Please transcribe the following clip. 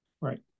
Right